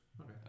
Okay